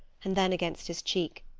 and then against his cheek,